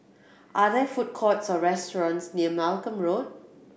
are there food courts or restaurants near Malcolm Road